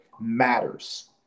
matters